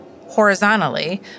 horizontally